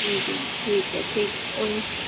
جی جی ٹھیک ہے ٹھیک